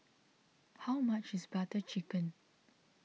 how much is Butter Chicken